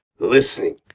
listening